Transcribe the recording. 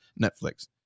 Netflix